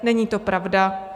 Není to pravda.